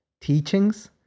teachings